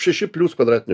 šeši plius kvadratiniai